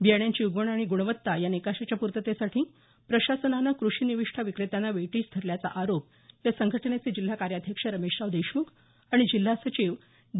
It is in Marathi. बियाण्यांची उगवण आणि गुणवत्ता या निकषाच्या पूर्तेतेसाठी प्रशासनाने कृषी निविष्ठा विक्रेत्यांना वेठीस धरल्याचा आरोप या संघटनेचे जिल्हा कार्याध्यक्ष रमेशराव देशमुख आणि जिल्हा सचिव डी